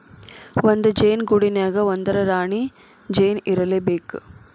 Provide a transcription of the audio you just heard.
ಒಂದ ಜೇನ ಗೂಡಿನ್ಯಾಗ ಒಂದರ ರಾಣಿ ಜೇನ ಇರಲೇಬೇಕ